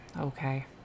okay